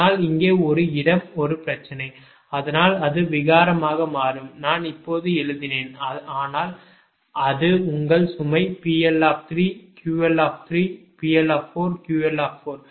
ஆனால் இங்கே ஒரு இடம் ஒரு பிரச்சனை அதனால் அது விகாரமாக மாறும் நான் இப்போது எழுதினேன் ஆனால் அது உங்கள் சுமை PL QL PL QL